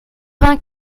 vingt